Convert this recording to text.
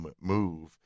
move